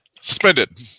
Suspended